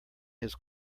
his